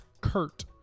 Kurt